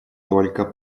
только